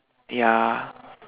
ya